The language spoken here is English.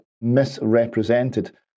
misrepresented